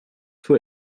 for